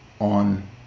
on